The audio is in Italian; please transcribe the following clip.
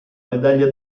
medaglia